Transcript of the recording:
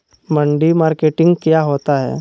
मंडी मार्केटिंग क्या होता है?